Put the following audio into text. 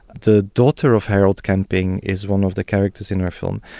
the daughter of harold camping is one of the characters in our film,